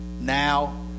now